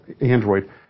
Android